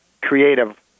creative